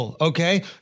okay